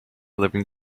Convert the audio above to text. living